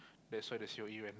that's why they C_O_E went